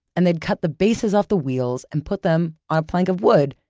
and they'd cut the bases off the wheels and put them on a plank of wood,